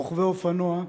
רוכבי אופנוע.